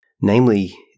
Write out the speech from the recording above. Namely